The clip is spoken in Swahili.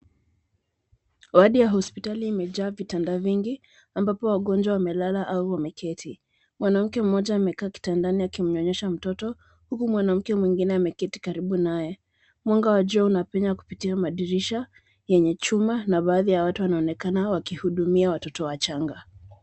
Wadi ya hospitali imejaa vitanda vingi, ambapo wagonjwa wamelala au wameketi. Mwanamke mmoja amekaa kitandani akimnyonyesha mtoto huku mwanamke mwingine ameketi karibu naye. Mwanga wa jua unapenya kupitia madirisha yenye chuma na baadhi ya watu wanaonekana wakihudumia watoto wachanga.